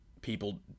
People